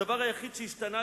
הדבר היחיד שהשתנה,